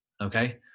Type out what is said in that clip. Okay